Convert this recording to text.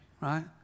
Right